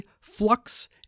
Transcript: Flux